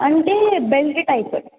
అంటే belt type